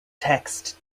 text